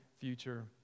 future